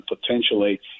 potentially